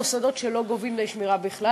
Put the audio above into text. מוסדות שלא גובים דמי שמירה בכלל,